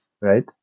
right